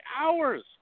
hours